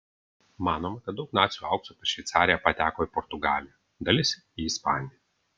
manoma kad daug nacių aukso per šveicariją pateko į portugaliją dalis į ispaniją